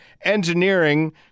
Engineering